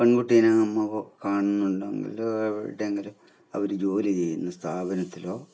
പെൺകുട്ടിയെ നമ്മൾ കാണുന്നുണ്ടെങ്കിൽ എവിടെയെങ്കിലും അവർ ജോലി ചെയ്യുന്ന സ്ഥാപനത്തിലോ